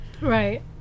right